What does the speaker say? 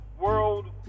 world